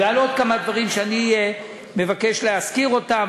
ועל עוד כמה דברים שאני מבקש להזכיר אותם,